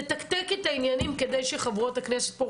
לתקתק את העניינים כדי שחברות הכנסת פה,